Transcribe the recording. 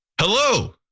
Hello